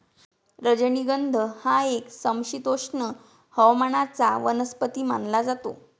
राजनिगंध हा एक समशीतोष्ण हवामानाचा वनस्पती मानला जातो